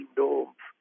dorms